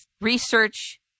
research